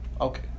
Okay